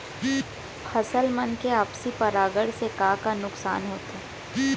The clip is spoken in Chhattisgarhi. फसल मन के आपसी परागण से का का नुकसान होथे?